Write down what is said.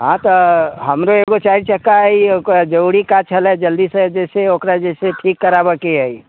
हँ तऽ हमरो एकगो चारि चक्का अइ ओकरा जरूरी काज छ्लै तऽ जल्दीसँ जे छै ओकरा जे छै से ठीक कराबऽ के अइ